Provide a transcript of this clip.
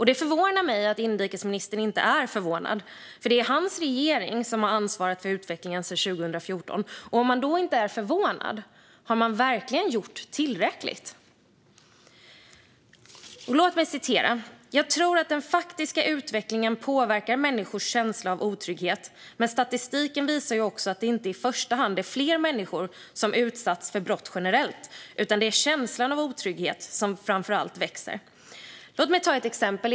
Det förvånar mig att inrikesministern inte är förvånad, för det är hans regering som har ansvaret för utvecklingen sedan 2014. Om man då inte är förvånad, har man verkligen gjort tillräckligt? Låt mig citera ur intervjun: "Jag tror att den faktiska utvecklingen påverkar människors känsla av otrygghet, men statistiken visar ju också att det inte i första hand är fler människor som utsatts för brott generellt, utan det är känslan av otrygghet som framför allt växer." Låt mig ta ett exempel.